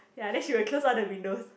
ya then she will close all the windows